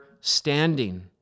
standing